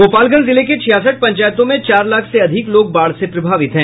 गोपालगंज जिले के छियासठ पंचायतों में चार लाख से अधिक लोग बाढ़ से प्रभावित हैं